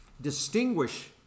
distinguish